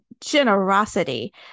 generosity